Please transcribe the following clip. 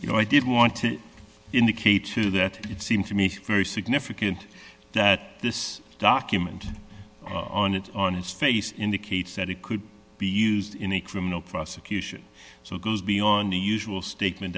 you know i did want to indicate to you that it seems to me for very significant that this document on it on its face indicates that it could be used in a criminal prosecution so it goes beyond the usual statement